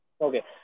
Okay